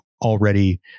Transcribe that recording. already